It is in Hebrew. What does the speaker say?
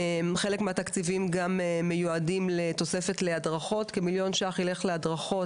חלק מהתקציבים גם מיועדים לתוספת להדרכות כמיליון ₪ ילך להדרכות,